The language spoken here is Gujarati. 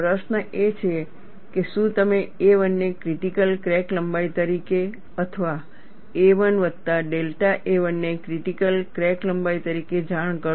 પ્રશ્ન એ છે કે શું તમે a1 ને ક્રિટીકલ ક્રેક લંબાઈ તરીકે અથવા a1 વત્તા ડેલ્ટા a1 ને ક્રિટીકલ ક્રેક લંબાઈ તરીકે જાણ કરશો